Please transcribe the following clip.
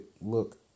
look